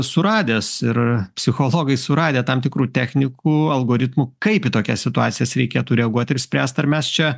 suradęs ir psichologai suradę tam tikrų technikų algoritmų kaip į tokias situacijas reikėtų reaguot ir spręst ar mes čia